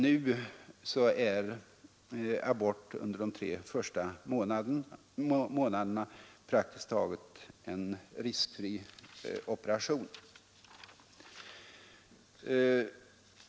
Nu är abort under de tre första månaderna en praktiskt taget riskfri operation.